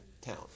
town